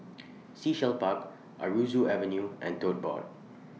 Sea Shell Park Aroozoo Avenue and Tote Board